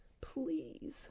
Please